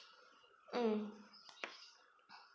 mm